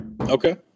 Okay